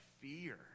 fear